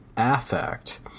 affect